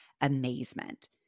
amazement